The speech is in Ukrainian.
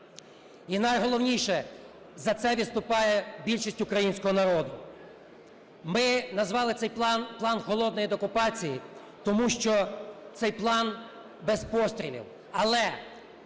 І, найголовніше, за це виступає більшість українського народу. Ми назвали цей план "План холодної деокупації", тому що цей план без пострілів.